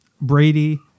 Brady